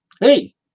hey